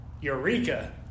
eureka